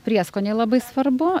prieskoniai labai svarbu